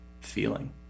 feeling